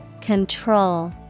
Control